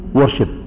worship